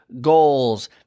goals